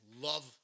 Love